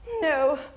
No